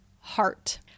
heart